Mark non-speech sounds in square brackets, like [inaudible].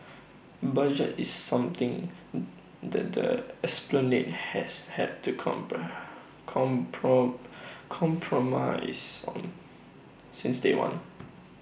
budget is something [hesitation] that the esplanade has had to [unintelligible] compromise on since day one